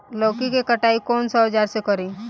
लौकी के कटाई कौन सा औजार से करी?